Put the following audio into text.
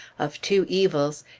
of two evils,